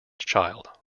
child